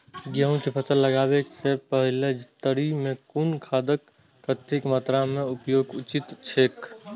गेहूं के फसल लगाबे से पेहले तरी में कुन खादक कतेक मात्रा में उपयोग उचित छेक?